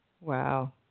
Wow